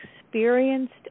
experienced